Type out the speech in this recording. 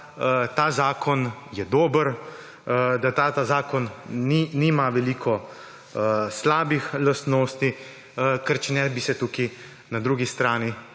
da ta zakon je dober, da ta zakon nima veliko slabih lastnosti, ker če ne, bi se tukaj na drugi strani